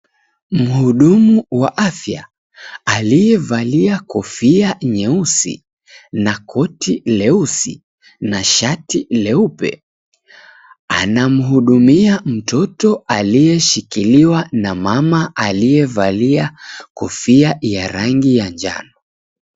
Mhudumu wa afya aliyevalia kofia nyeusi na koti leusi na shati leupe anamhudumia mtoto aliyeshikiliwa na mama aliyevalia kofia ya rangi ya njano.